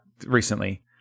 recently